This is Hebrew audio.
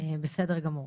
בסדר גמור.